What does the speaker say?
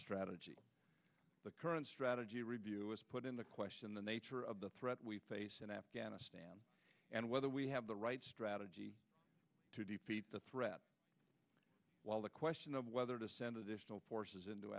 strategy the current strategy review is put into question the nature of the threat we face in afghanistan and whether we have the right strategy to defeat the threat while the question of whether to send additional forces into